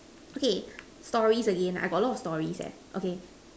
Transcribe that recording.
okay stories again I got a lot of stories eh okay